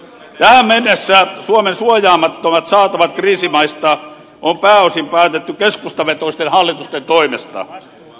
tähän mennessä suomen suojaamattomista saatavista kriisimaista on pääosin päätetty keskustavetoisten hallitusten toimesta